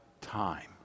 time